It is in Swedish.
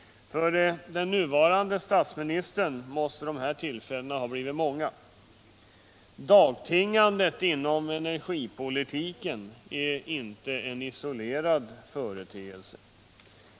För den nuvarande statsministern måste dessa tillfällen ha blivit många. Dagtingandet inom energipolitiken är inte en isolerad företeelse.